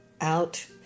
out